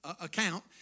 account